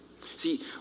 See